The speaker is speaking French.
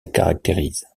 caractérisent